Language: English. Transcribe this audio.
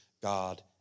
God